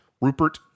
Rupert